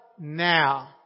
now